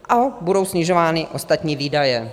Dále budou snižovány ostatní výdaje.